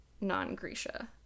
non-Grecia